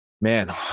man